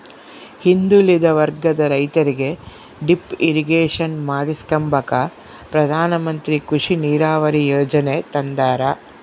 ಹಿಂದುಳಿದ ವರ್ಗದ ರೈತರಿಗೆ ಡಿಪ್ ಇರಿಗೇಷನ್ ಮಾಡಿಸ್ಕೆಂಬಕ ಪ್ರಧಾನಮಂತ್ರಿ ಕೃಷಿ ನೀರಾವರಿ ಯೀಜನೆ ತಂದಾರ